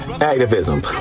activism